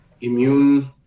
immune